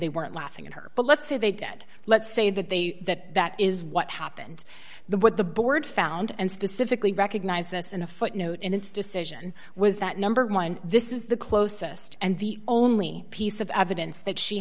they weren't laughing at her but let's say they did let's say that they that that is what happened the what the board found and specifically recognize this in a footnote in its decision was that number one this is the closest and the only piece of evidence that she